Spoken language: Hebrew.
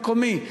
מקומי.